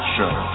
Show